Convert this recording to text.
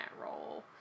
role